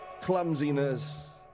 clumsiness